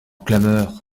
clameur